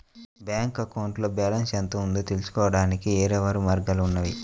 bank అకౌంట్లో balance ఎంత ఉందో తెలుసుకోవడానికి వేర్వేరు మార్గాలు ఉన్నాయి